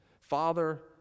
Father